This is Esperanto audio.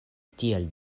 tiel